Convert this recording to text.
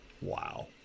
Wow